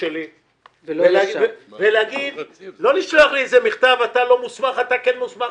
שלי ולא לשלוח לי איזה מכתב של "אתה לא מוסמך/ אתה כן מוסמך",